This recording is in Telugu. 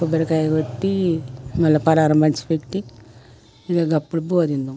కొబ్బరికాయ కొట్టి మళ్ళీ ఫలహారం పంచిపెట్టి ఇగ అప్పుడు బువ్వ తింటాం